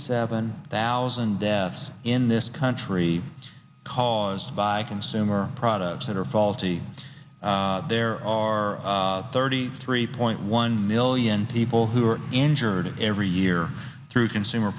seven thousand deaths in this country caused by consumer products that are faulty there are thirty three point one million people who are injured every year through consumer